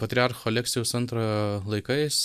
patriarcho aleksijaus antrojo laikais